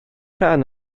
rhan